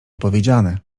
powiedziane